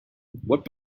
what